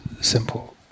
simple